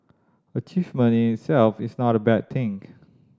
achievement in itself is not a bad thing